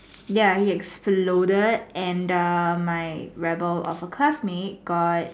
ya he exploded and um my rebel of a classmate got